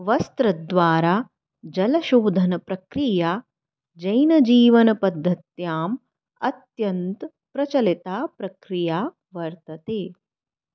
वस्त्रद्वारा जलशोधनप्रक्रिया जैनजीवनपद्धत्याम् अत्यन्तप्रचलिता प्रक्रिया वर्तते